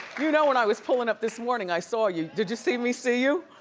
you know when i was pullin' up this morning, i saw you. did you see me see you?